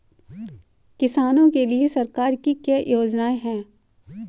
किसानों के लिए सरकार की क्या योजनाएं हैं?